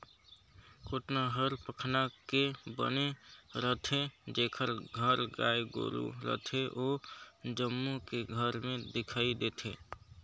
कोटना हर पखना के बने रथे, जेखर घर गाय गोरु रथे ओ जम्मो के घर में दिखइ देथे